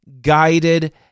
guided